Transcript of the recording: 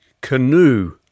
canoe